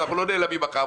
אנחנו לא נעלמים מחר,